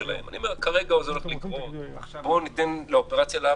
בוא ניתן לאופרציה לעבוד.